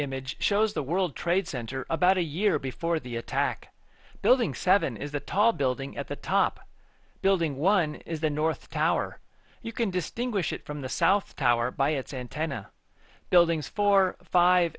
image shows the world trade center about a year before the attack building seven is a tall building at the top building one is the north tower you can distinguish it from the south tower by its antenna buildings four five